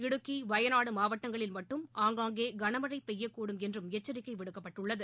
இடுக்கி வயநாடு மாவட்டங்களில் மட்டும் ஆங்காங்கே கன மழை பெய்யக் கூடும் என்றும் எச்சரிக்கை விடுக்கப்பட்டுள்ளது